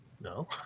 No